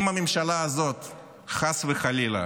אם הממשלה הזאת חס וחלילה